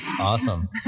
Awesome